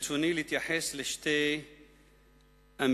ברצוני להתייחס לשתי אמירות,